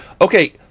Okay